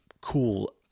cool